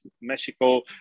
Mexico